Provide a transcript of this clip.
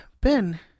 Ben